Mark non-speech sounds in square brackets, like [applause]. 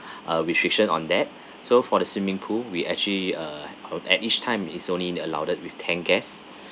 [breath] uh restriction on that so for the swimming pool we actually uh uh at each time is only allow that with ten guests